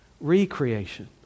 recreation